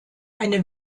eine